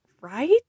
right